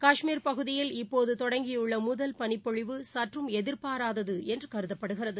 காஷ்மீர் பகுதியில் இப்போது தொடங்கியுள்ள முதல் பளிப்பொழிவு சற்றும் எதிர்பாராதது என்று கருதப்படுகிறது